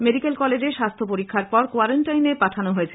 medical কলেজে স্বাস্হ্য পরীক্ষার পর কোয়ারেন্টাইনে পাঠানো হয়